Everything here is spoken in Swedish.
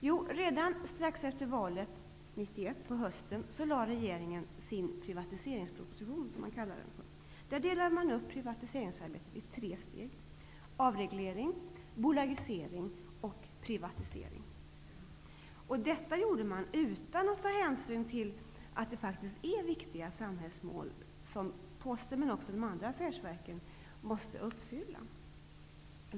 Jo, redan strax efter valet 1991, under hösten, lade regeringen fram sin privatiseringsproposition. Där delades privatiseringsarbetet upp i tre steg: avreglering, bolagisering och privatisering. Detta gjordes utan att ta hänsyn till att Posten, men också andra affärsverk, måste uppfylla viktiga samhällsmål.